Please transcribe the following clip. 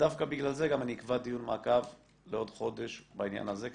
דווקא בגלל זה אני גם אקבע דיון מעקב לעוד חודש בעניין הזה,